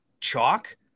chalk